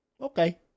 okay